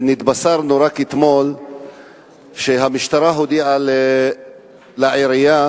נתבשרנו שהמשטרה הודיעה לעירייה